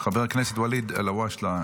חבר הכנסת ואליד אלהואשלה,